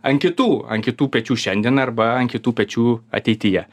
ant kitų ant kitų pečių šiandien arba ant kitų pečių ateityje